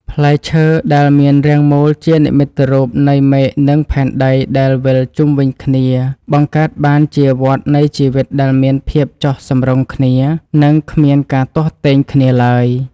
ផ្លែឈើដែលមានរាងមូលជានិមិត្តរូបនៃមេឃនិងផែនដីដែលវិលជុំវិញគ្នាបង្កើតបានជាវដ្តនៃជីវិតដែលមានភាពចុះសម្រុងគ្នា និង គ្មានការទាស់ទែងគ្នាឡើយ។